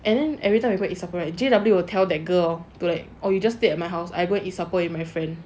and then everytime we go and eat supper right J_W will tell that girl correct err you just stay at my house I go and eat supper with my friend